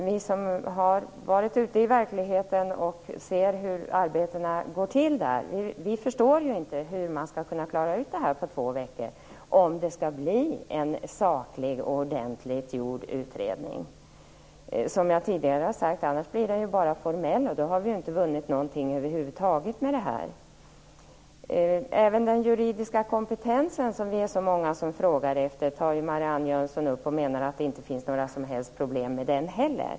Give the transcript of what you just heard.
Vi som har varit ute i verkligheten och sett hur arbetet går till förstår inte hur man skall kunna klara detta på två veckor om det skall bli en saklig och ordentligt gjord utredning. Annars blir den ju, som jag tidigare har sagt, bara formell, och då har vi över huvud taget inte vunnit någonting med det här. Även den juridiska kompetens som så många frågar efter tar Marianne Jönsson upp. Hon menar att det inte finns några som helst problem med den heller.